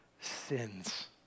sins